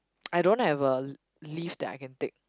I don't have a leave that I can take